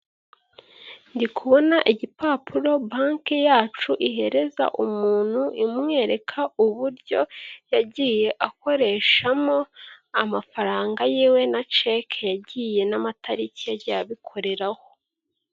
Inzu nini igeretse y'amacumbi yishyurwa ifite amabara y'umweru hasi yayo hari imitaka y'imikara ndetse n'intebe zizengurutse ,ubwogero rusange bukoreshwa n'abayigana mu kuruhura mu mutwe ndetse no mu myidagaduro.